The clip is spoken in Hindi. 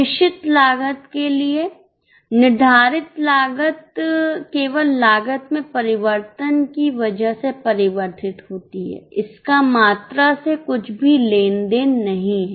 निश्चित लागत के लिए निर्धारित लागतकेवललागत में परिवर्तन की वजह से परिवर्तित होती है इसका मात्रा से कुछ भी लेनदेन नहीं है